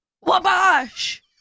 Wabash